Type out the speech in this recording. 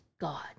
God